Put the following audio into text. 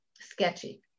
sketchy